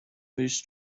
moose